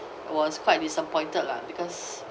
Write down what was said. I was quite disappointed lah because